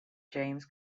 james